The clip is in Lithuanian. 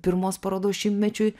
pirmos parodos šimtmečiui